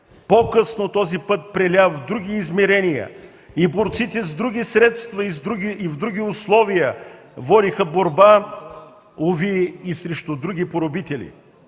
По-късно този път преля в други измерения и борците с други средства, и в други условия водиха борба, уви и срещу други поробители.